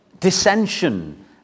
Dissension